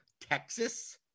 Texas